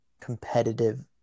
competitive